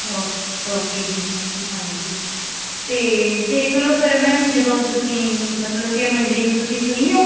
ਓ okay ਜੀ ਹਾਂਜੀ ਅਤੇ ਦੇਖ ਲਓ ਫਿਰ ਮੈਮ ਜਦੋਂ ਤੁਸੀਂ ਮਤਲਬ ਕਿ ਮੰਡੇ ਨੂੰ ਤੁਸੀਂ ਫਰੀ ਹੋ